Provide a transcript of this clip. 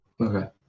okay